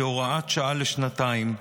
כהוראת שעה לשנתיים,